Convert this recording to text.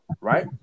right